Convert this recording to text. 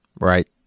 right